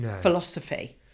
philosophy